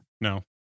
No